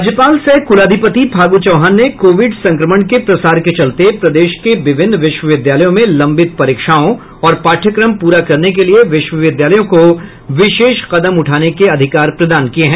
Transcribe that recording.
राज्यपाल सह कुलाधिपति फागू चौहान ने कोविड संक्रमण के प्रसार के चलते प्रदेश के विभिन्न विश्वविद्यालयों में लंबित परीक्षाओं और पाठ्यक्रम पूरा करने के लिये विश्वविद्यालयों को विशेष कदम उठाने के अधिकार प्रदान किये हैं